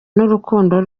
urukundo